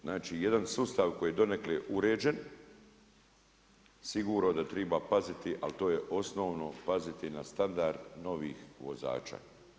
Znači jedan sustav koji je donekle uređen sigurno da treba paziti, ali to je osnovno paziti na standard novih vozača.